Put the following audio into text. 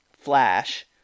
Flash